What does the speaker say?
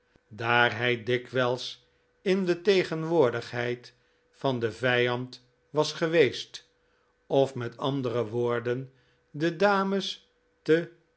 daar hij dikwijls in de tegenwoordigheid van den vijand was geweest of met andere woorden de dames te